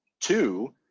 Two